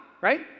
right